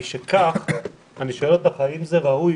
משכך, אני שואל אותך האם זה ראוי